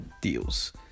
deals